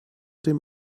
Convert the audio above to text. dem